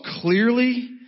clearly